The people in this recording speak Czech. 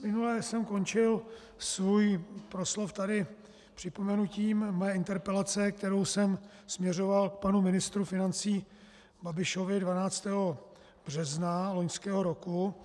Minule jsem končil svůj proslov tady připomenutím své interpelace, kterou jsem směřoval k panu ministru financí Babišovi 12. března loňského roku.